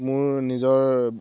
মোৰ নিজৰ